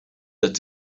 that